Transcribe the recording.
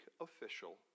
official